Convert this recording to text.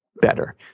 better